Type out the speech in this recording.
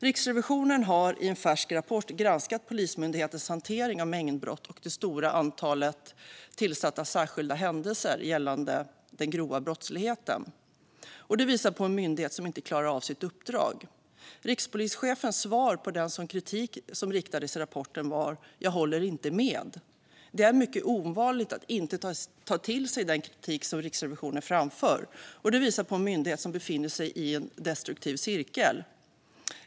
Riksrevisionen har i en färsk rapport granskat Polismyndighetens hantering av mängdbrott och det stora antalet tillsatta särskilda händelser gällande den grova brottsligheten, och rapporten visar på en myndighet som inte klarar av sitt uppdrag. Rikspolischefens svar på den kritik som riktades i rapporten var: Jag håller inte med. Det är mycket ovanligt att inte ta till sig av den kritik som Riksrevisionen framför, och det visar på en myndighet som befinner sig i en destruktiv cirkel.